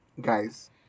Guys